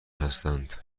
هستند